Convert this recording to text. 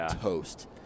toast